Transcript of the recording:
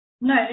No